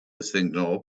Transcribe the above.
signal